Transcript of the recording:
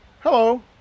Hello